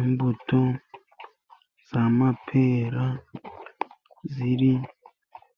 Imbuto z'amapera ziri